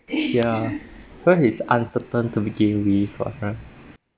ya for he's uncertain to begin with ah right